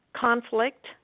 conflict